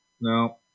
No